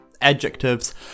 adjectives